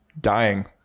dying